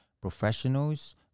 professionals